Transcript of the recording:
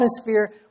atmosphere